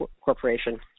Corporation